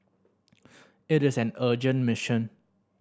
it is an urgent mission